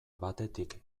batetik